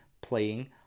playing